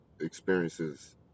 experiences